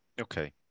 Okay